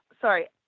Sorry